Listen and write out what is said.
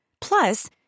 plus